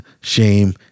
shame